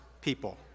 people